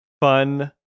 fun